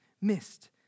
missed